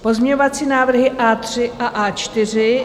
Pozměňovací návrhy A3 a A4.